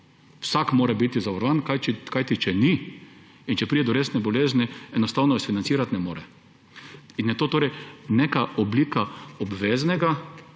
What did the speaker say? Vsak mora biti zavarovan, kajti če ni in če pride do resne bolezni, je enostavno financirati ne more. In je to torej neka oblika obveznega.